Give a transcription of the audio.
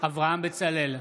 אברהם בצלאל,